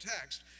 text